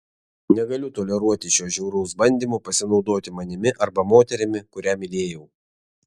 negaliu toleruoti šio žiauraus bandymo pasinaudoti manimi arba moterimi kurią mylėjau